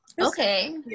Okay